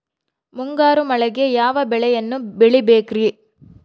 ಮುಂಗಾರು ಮಳೆಗೆ ಯಾವ ಬೆಳೆಯನ್ನು ಬೆಳಿಬೇಕ್ರಿ?